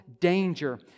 danger